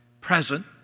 present